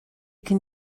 can